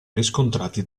riscontrati